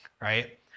right